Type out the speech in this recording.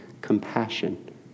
compassion